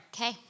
Okay